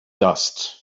dust